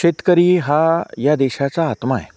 शेतकरी हा या देशाचा आत्मा आहे